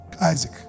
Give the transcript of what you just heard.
Isaac